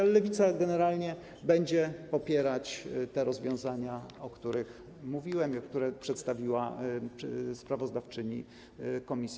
Lewica generalnie będzie popierać te rozwiązania, o których mówiłem i które przedstawiła sprawozdawczyni komisji.